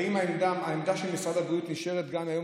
האם העמדה של משרד הבריאות נשארת גם היום,